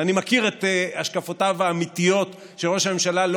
ואני מכיר את השקפותיו האמיתיות של ראש הממשלה לא